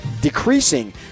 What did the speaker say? decreasing